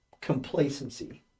complacency